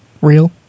real